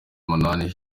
umunani